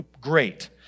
Great